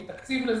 עם תקציב לזה.